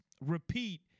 repeat